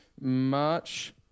March